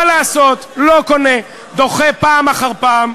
מה לעשות, לא קונה, דוחה פעם אחר פעם.